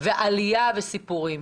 עלייה וסיפורים.